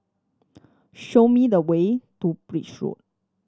show me the way to Birch Road